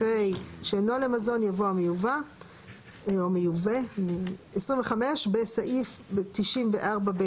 אחרי "שאינו מזון" יבוא "המיובא"; ׁ(25) בסעיף 94(ב),